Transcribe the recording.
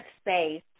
space